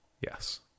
Yes